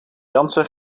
jansen